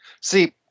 see